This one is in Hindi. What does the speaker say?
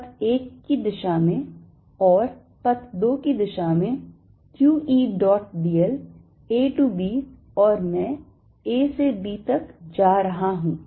पथ 1 की दिशा में और पथ 2 की दिशा में q E dot d l A to B और मैं A से B तक जा रहा हूं